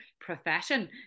profession